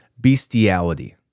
bestiality